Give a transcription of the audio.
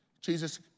Jesus